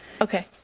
okay